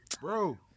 Bro